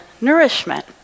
nourishment